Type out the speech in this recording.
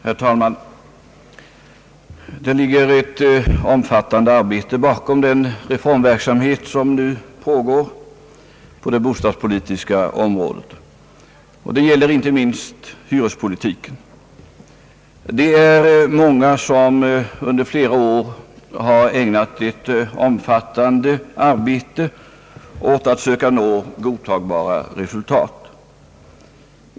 Herr talman! Det ligger ett omfattande arbete bakom den reformverksamhet som nu pågår på det bostadspolitiska området, och det gäller inte minst hyrespolitiken. Många har under flera år ägnat ett omfattande arbete åt att söka nå godtagbara resultat.